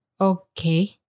Okay